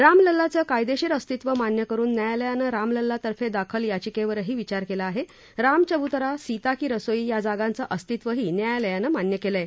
रामलल्लाचं कायदेशीर अस्तित्त्व मान्य करुन न्यायालयानं रामलल्ला तर्फे दाखल याचिकेवरही विचार केला आहे रामचबुतरा सीता की रसोई या जागांचे अस्तित्त्वही न्यायालयानं मान्य केले आहे